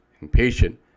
impatient